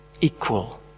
equal